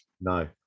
no